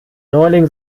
neuling